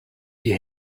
die